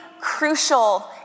crucial